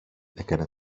έκανε